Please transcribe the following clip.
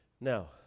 Now